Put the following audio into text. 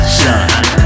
shine